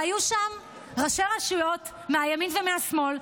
והיו שם ראשי הרשויות מהימין ומהשמאל,